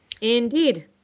Indeed